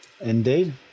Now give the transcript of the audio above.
Indeed